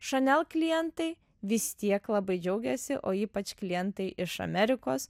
chanel klientai vis tiek labai džiaugėsi o ypač klientai iš amerikos